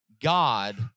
God